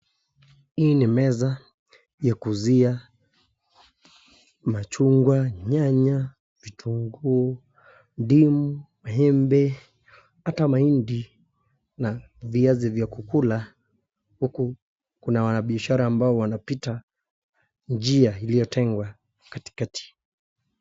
Hii ni meza ya kuuzia machungwa, nyanya, vitunguu, ndimu, maembe, hata mahindi na viazi vya kukula. Huku kuna wanabiashara ambao wanapita njia iliyotengwa katikati.